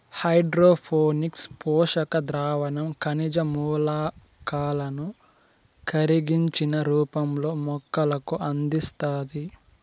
hydroponics పోషక ద్రావణం ఖనిజ మూలకాలను కరిగించిన రూపంలో మొక్కలకు అందిస్తాది